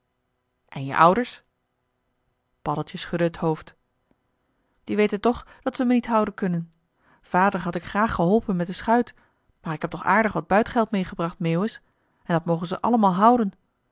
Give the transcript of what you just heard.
en je ouders paddeltje schudde het hoofd die weten toch dat ze me niet houden kunnen vader had ik graag geholpen met de schuit maar ik heb toch aardig wat buitgeld meegebracht meeuwis en dat mogen ze allemaal houden